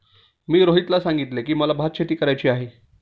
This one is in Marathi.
मी रोहितला सांगितले की, मला भातशेती करायची आहे